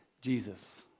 Jesus